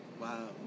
Wow